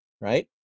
right